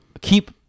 keep